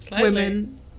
women